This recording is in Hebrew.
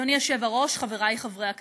אדוני היושב-ראש, חבריי חברי הכנסת,